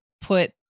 put